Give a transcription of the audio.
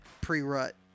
pre-rut